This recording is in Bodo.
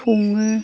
सङो